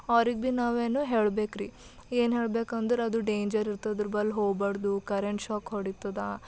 ಅವ್ರಿಗೆ ಭೀ ನಾವೇನು ಹೇಳಬೇಕ್ರಿ ಏನು ಹೇಳ್ಬೇಕೆಂದರೆ ಅದು ಡೇಂಜರ್ ಇರ್ತದೆ ಅದ್ರ ಬಲ್ಲಿ ಹೋಬಾರ್ದು ಕರೆಂಟ್ ಶಾಕ್ ಹೊಡೀತದೆ